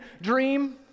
dream